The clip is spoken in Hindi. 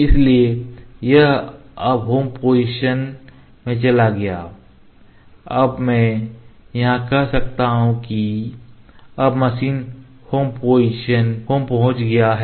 इसलिए यह अब होम पोजीशन में चला गया अब मैं यहां कह सकता हूं की अब मशीन होम पहुंच गया है